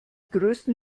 größten